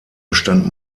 bestand